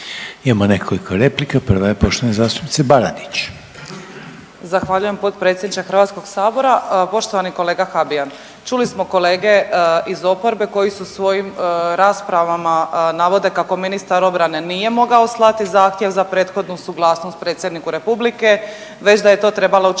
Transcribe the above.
Imamo nekoliko replika. Prva je poštovane zastupnice Baradić. **Baradić, Nikolina (HDZ)** Zahvaljujem potpredsjedniče Hrvatskog sabora. Poštovani kolega Habijan, čuli smo kolege iz oporbe koji su svojim raspravama navode kako ministar obrane nije mogao slati zahtjev za prethodnu suglasnost Predsjedniku Republike, već da je to trebala učiniti